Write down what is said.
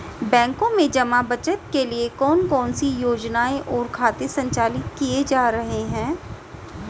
बैंकों में जमा बचत के लिए कौन कौन सी योजनाएं और खाते संचालित किए जा रहे हैं?